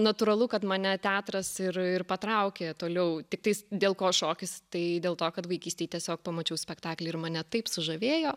natūralu kad mane teatras ir ir patraukė toliau tiktais dėl ko šokis tai dėl to kad vaikystėj tiesiog pamačiau spektaklį ir mane taip sužavėjo